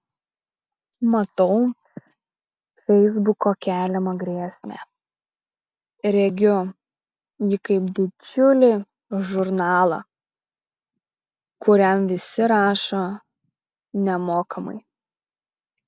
matau feisbuko keliamą grėsmę regiu jį kaip didžiulį žurnalą kuriam visi rašo nemokamai